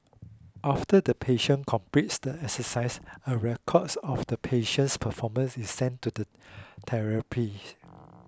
after the patient completes the exercise a record of the patient's performance is sent to the therapist